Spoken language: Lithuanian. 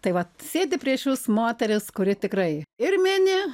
tai vat sėdi prieš jus moteris kuri tikrai ir mini